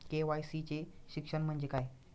KYC चे शिक्षण म्हणजे काय?